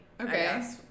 okay